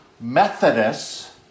Methodists